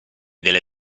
delle